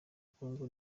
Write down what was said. kongo